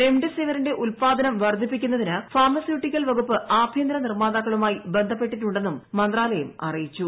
റെംഗ്ലീഡ്സ്വിറിന്റെ ഉത്പാദനം വർദ്ധിപ്പിക്കുന്നതിന് ഫാർമസ്യൂട്ടിക്കൽ വകുപ്പ് ആഭ്യന്തര നിർമ്മാതാക്കളുമായി ബ്സ്റ്റ്പ്പെട്ടിട്ടുണ്ടെന്നും മന്ത്രാലയം അറിയിച്ചു